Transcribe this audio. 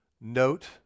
Note